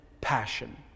passion